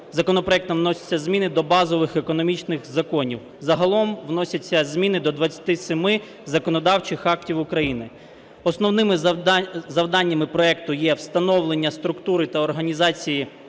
законопроектом вносяться зміни до базових економічних законів, загалом вносяться змін до 27 законодавчих актів України. Основними завданнями проекту є встановлення структури та організації